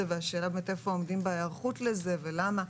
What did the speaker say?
והשאלה איפה עומדים בהיערכות לזה ולמה.